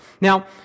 now